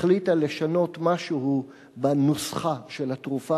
החליטה לשנות משהו בנוסחה של התרופה